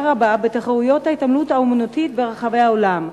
רבה בתחרויות התעמלות אמנותית ברחבי העולם.